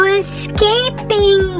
escaping